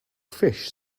fish